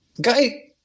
guy